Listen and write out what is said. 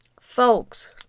folks